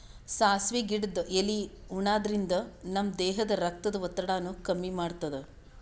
ಸಾಸ್ವಿ ಗಿಡದ್ ಎಲಿ ಉಣಾದ್ರಿನ್ದ ನಮ್ ದೇಹದ್ದ್ ರಕ್ತದ್ ಒತ್ತಡಾನು ಕಮ್ಮಿ ಮಾಡ್ತದ್